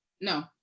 No